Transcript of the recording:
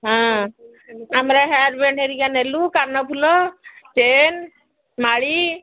ହଁ ଆମର hair band ହେରିକା ନେଲୁ କାନଫୁଲ ଚେନ୍ ମାଳି